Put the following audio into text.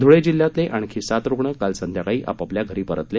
धुळे जिल्ह्यातले आणखी सात रुग्ण काल संध्याकाळी आपापल्या घरी परतले